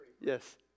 yes